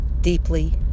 deeply